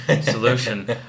solution